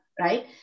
right